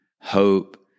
hope